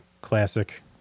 classic